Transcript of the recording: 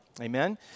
Amen